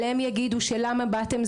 עליהם יגידו של למה באתם?